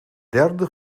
derde